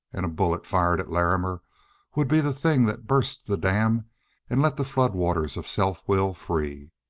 and a bullet fired at larrimer would be the thing that burst the dam and let the flood waters of self-will free.